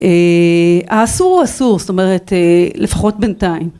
‫האסור הוא אסור, ‫זאת אומרת, לפחות בינתיים.